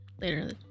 later